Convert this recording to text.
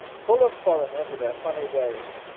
full of foreigners with their funny ways,